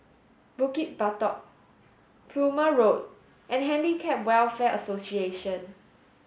Bukit Batok Plumer Road and Handicap Welfare Association